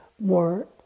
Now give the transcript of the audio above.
more